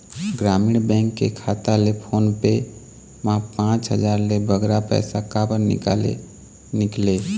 ग्रामीण बैंक के खाता ले फोन पे मा पांच हजार ले बगरा पैसा काबर निकाले निकले?